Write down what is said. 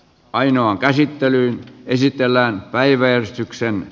ainoan käsittelyyn päällekkäisiä asioita